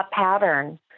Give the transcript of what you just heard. pattern